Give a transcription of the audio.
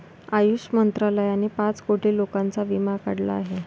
आयुष मंत्रालयाने पाच कोटी लोकांचा विमा काढला आहे